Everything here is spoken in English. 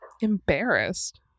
Embarrassed